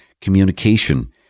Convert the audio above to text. communication